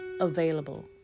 available